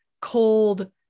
cold